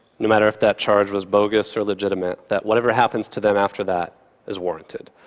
no matter if that charge was bogus or legitimate, that whatever happens to them after that is warranted.